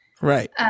Right